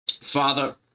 Father